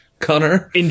Connor